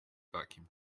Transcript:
vacuum